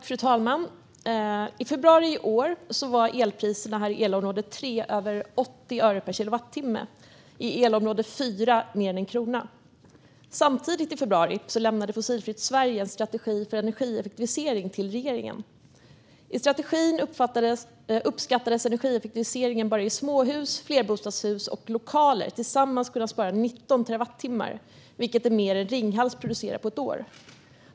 Fru talman! I februari i år var elpriset här i elområde 3 över 80 öre per kilowattimme. I elområde 4 var priset över 1 krona. Samtidigt i februari lämnade Fossilfritt Sverige en strategi för energieffektivisering till regeringen. I strategin uppskattades energieffektiviseringen bara i småhus, flerbostadshus och lokaler tillsammans kunna spara 19 terawattimmar, vilket är mer än Ringhals producerar på ett år.